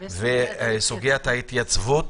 וסוגית ההתייצבות